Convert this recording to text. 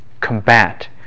combat